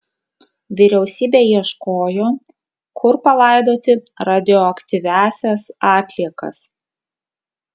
vyriausybė ieškojo kur palaidoti radioaktyviąsias atliekas